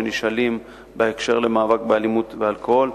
שנשאלים בהקשר למאבק באלימות ובאלכוהול,